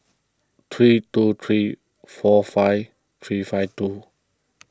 three two three four five three five two